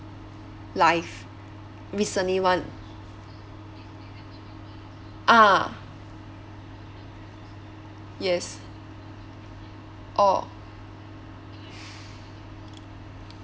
life recently one ah yes orh